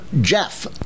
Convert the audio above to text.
Jeff